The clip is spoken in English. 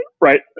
Right